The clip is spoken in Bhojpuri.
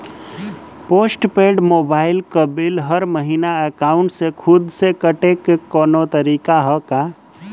पोस्ट पेंड़ मोबाइल क बिल हर महिना एकाउंट से खुद से कटे क कौनो तरीका ह का?